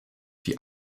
die